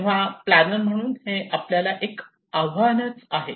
तेव्हा प्लॅनर म्हणून आपल्याला हे आव्हान आहे